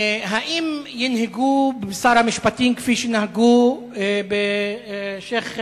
האם ינהגו בשר המשפטים כפי שנהגו בשיח',